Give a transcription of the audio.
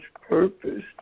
purpose